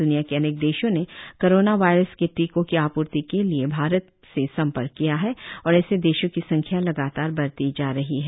द्निया के अनेक देशों ने कोरोना वायरस के टीकों की आपूर्ति के लिए भारत से सम्पर्क किया है और ऐसे देशों की संख्या लगातार बढ़ती जा रही है